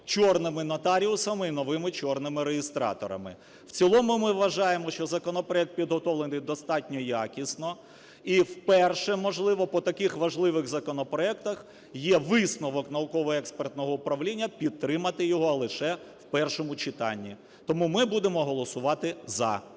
"чорними" нотаріусами і новими "чорними" реєстраторами. В цілому ми вважаємо, що законопроект підготовлений достатньо якісно, і вперше, можливо, по таких важливих законопроектах є висновок Науково-експертного управління підтримати його лише в першому читанні. Тому ми будемо голосувати за.